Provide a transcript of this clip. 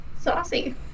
Saucy